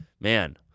man